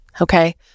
okay